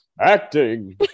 acting